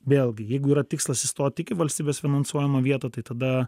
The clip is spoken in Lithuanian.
vėlgi jeigu yra tikslas įstot tik į valstybės finansuojamą vietą tai tada